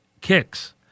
kicks